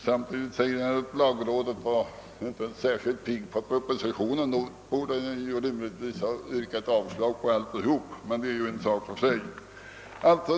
Samtidigt framhåller han att lagrådet inte är särskilt förtjust i propositionen, och då borde han rimligtvis ha yrkat avslag på denna i dess helhet.